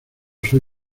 soy